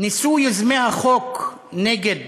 ניסו יוזמי החוק נגד